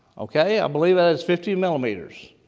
okay? i believe that is fifty millimeters